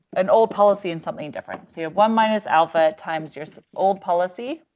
an old policy and something different. so you have one minus alpha times your old policy